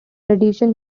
addition